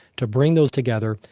to bring those together,